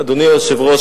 אדוני היושב-ראש,